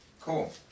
Cool